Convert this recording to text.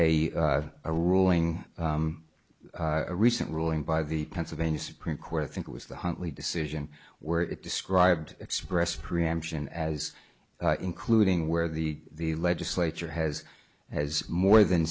a a ruling a recent ruling by the pennsylvania supreme court i think it was the huntley decision where it described express preemption as including where the the legislature has has more than